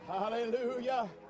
Hallelujah